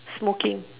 smoking